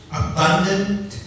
abundant